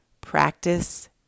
Practice